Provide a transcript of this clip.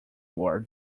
war